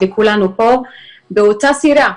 וכולנו פה באותה סירה,